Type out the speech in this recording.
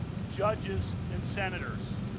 judges and senators.